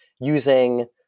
using